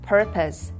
Purpose